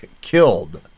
killed